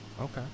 okay